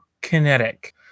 kinetic